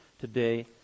today